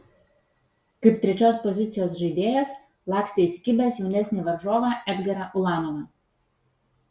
kaip trečios pozicijos žaidėjas lakstė įsikibęs jaunesnį varžovą edgarą ulanovą